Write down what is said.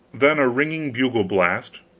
then a ringing bugle-blast,